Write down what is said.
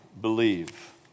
Believe